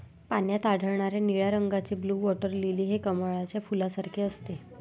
पाण्यात आढळणारे निळ्या रंगाचे ब्लू वॉटर लिली हे कमळाच्या फुलासारखे असते